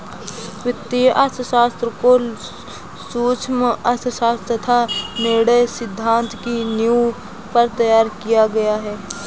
वित्तीय अर्थशास्त्र को सूक्ष्म अर्थशास्त्र तथा निर्णय सिद्धांत की नींव पर तैयार किया गया है